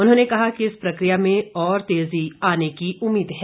उन्होंने कहा है कि इस प्रक्रिया में और तेजी आने की उम्मीद है